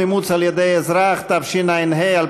(תיקון, אימוץ על ידי אזרח ישראלי), התשע"ה 2015,